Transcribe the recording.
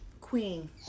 queen